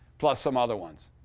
plus some other ones.